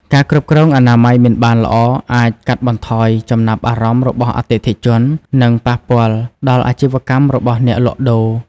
ការគ្រប់គ្រងអនាម័យមិនបានល្អអាចកាត់បន្ថយចំណាប់អារម្មណ៍របស់អតិថិជន និងប៉ះពាល់ដល់អាជីវកម្មរបស់អ្នកលក់ដូរ។